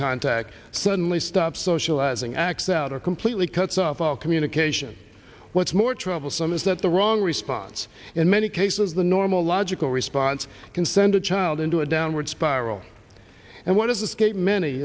contact suddenly stop socializing acts out or completely cuts off all communication what's more troublesome is that the wrong response in many cases the normal logical response can send a child into a downward spiral and what is a scape many